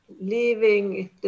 leaving